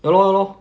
ya lor ya lor